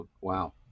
wow